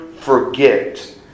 forget